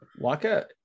Waka